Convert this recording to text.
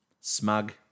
Smug